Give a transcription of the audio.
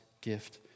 gift